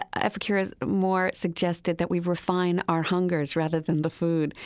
ah epicurus more suggested that we refine our hungers rather than the food.